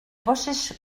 poses